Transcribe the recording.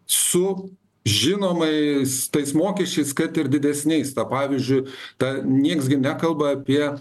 su žinomais tais mokesčiais kad ir didesniais tą pavyzdžiui ta nieks gi nekalba apie